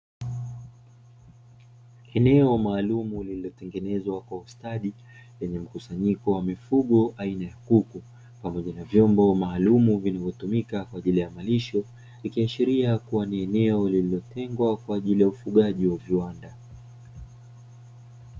Eneo maalumu lililotengenezwa kwa ustadi lenye mkuaanyiko wa mifugo aina ya kuku pamoja na vyombo maalumu vilivyotumika kwa ajili ya malisho, ikiashiria kuwa ni eneo lililotengwa kwa ajili ya ufugaji wa viwanda.